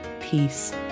peace